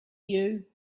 you